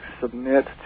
submit